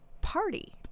party